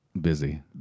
Busy